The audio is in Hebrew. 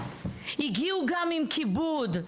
הגיעו גם עם כיבוד.